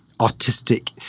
artistic